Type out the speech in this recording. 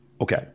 Okay